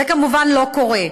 זה כמובן לא קורה,